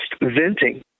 venting